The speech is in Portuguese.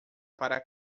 para